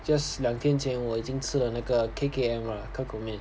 just 两天前我已经吃了那个 K_K_M 了可口面